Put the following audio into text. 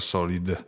Solid